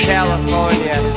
California